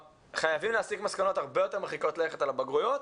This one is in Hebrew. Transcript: חייבים להסיק מסקנות הרבה יותר מרחיקות לכת על הבגרויות,